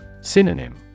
Synonym